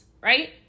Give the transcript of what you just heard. right